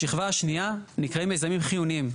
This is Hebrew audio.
בשכבה השנייה נקראים "מיזמים חיוניים".